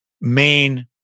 main